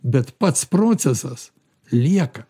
bet pats procesas lieka